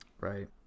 Right